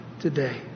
today